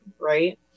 right